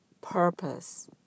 purpose